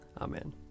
Amen